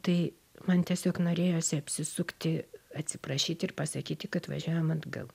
tai man tiesiog norėjosi apsisukti atsiprašyt ir pasakyti kad važiuojam atgal